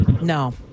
No